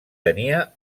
tenia